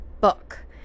book